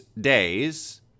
days